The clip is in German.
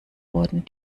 wurden